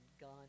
gone